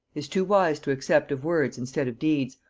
is too wise to accept of words instead of deeds,